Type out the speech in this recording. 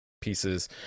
pieces